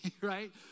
right